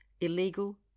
illegal